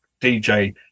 dj